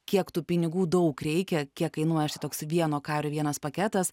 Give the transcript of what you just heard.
kiek tų pinigų daug reikia kiek kainuoja štai toks vieno kario vienas paketas